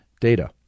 data